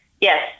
yes